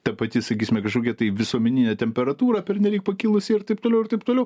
ta pati sakysime kažkokia tai visuomeninė temperatūra pernelyg pakilusi ir taip toliau ir taip toliau